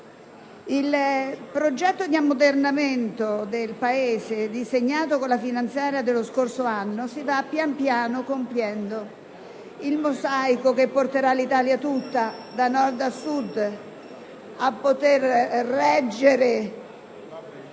il progetto di ammodernamento del Paese, disegnato con la finanziaria dello scorso anno, si va pian piano compiendo. Il mosaico che porterà l'Italia tutta, da Nord a Sud, a reggere il